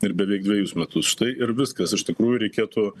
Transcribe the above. ir beveik dvejus metus štai ir viskas iš tikrųjų reikėtų